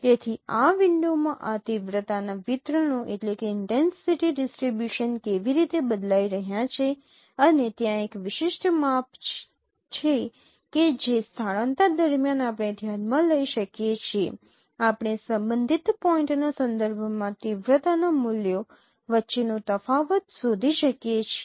તેથી આ વિન્ડોમાં આ તીવ્રતાના વિતરણો કેવી રીતે બદલાઇ રહ્યા છે અને ત્યાં એક વિશિષ્ટ માપ છે કે જે સ્થળાંતર દરમ્યાન આપણે ધ્યાનમાં લઈ શકીએ છીએ આપણે સંબંધિત પોઈન્ટના સંદર્ભમાં તીવ્રતાના મૂલ્યો વચ્ચેનો તફાવત શોધી શકીએ છીએ